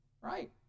right